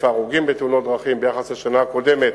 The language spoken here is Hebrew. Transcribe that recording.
ההרוגים בתאונות דרכים ביחס לשנה קודמת,